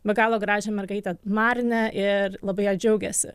be galo gražią mergaitę marnę ir labai ja džiaugiasi